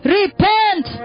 repent